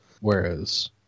whereas